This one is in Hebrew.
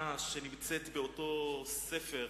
שמופיעה באותו ספר,